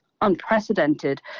unprecedented